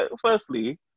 firstly